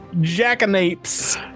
jackanapes